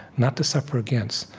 not to suffer against.